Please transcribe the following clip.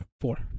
Four